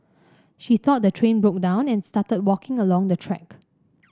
she thought the train broke down and started walking along the track